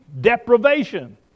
deprivation